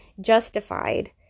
justified